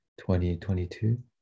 2022